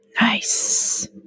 Nice